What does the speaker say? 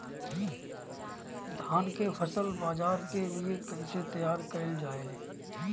धान के फसल बाजार के लिए कईसे तैयार कइल जाए?